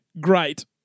Great